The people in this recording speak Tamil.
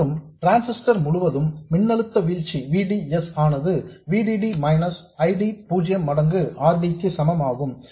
மற்றும் டிரான்ஸிஸ்டர் முழுவதும் மின்னழுத்த வீழ்ச்சி V D S ஆனது V D D minus I D 0 மடங்கு R D க்கு சமம் ஆகும்